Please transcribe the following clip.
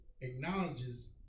acknowledges